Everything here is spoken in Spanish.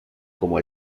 como